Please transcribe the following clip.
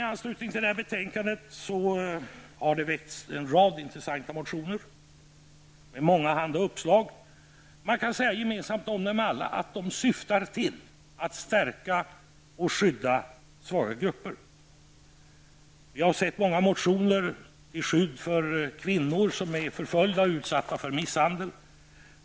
I anslutning till detta betänkande har det väckts en rad intressanta motioner med mångahanda uppslag. Gemensamt om dem alla kan sägas att de syftar till att stärka och skydda svaga grupper. Vi har sett många motioner till skydd för kvinnor som är förföljda och utsatta för misshandel.